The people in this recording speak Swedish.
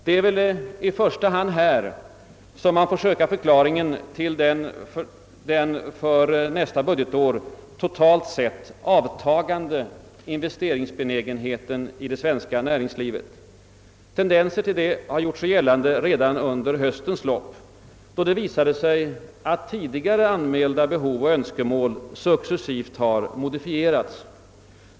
Det är väl i första hand här som man får söka förklaringen till den för nästa budgetår totalt sett avtagande investeringsbenägenheten i det svenska näringslivet. Tendenser härtill gjorde sig gällande redan under höstens lopp. Det visade sig att tidigare anmälda behov och önskemål successivt modifierades.